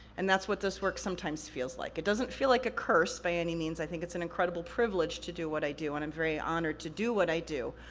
and that's what this work sometimes feels like. it doesn't feel like a curse, by any means, i think it's an incredible privilege to do what i do, and i'm very honored to do what i do,